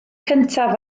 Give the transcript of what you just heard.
cyntaf